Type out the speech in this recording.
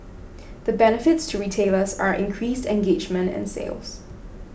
the benefits to retailers are increased engagement and sales